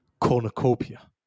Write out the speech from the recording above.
cornucopia